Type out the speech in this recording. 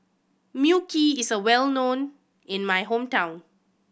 Mui Kee is well known in my hometown